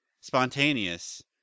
spontaneous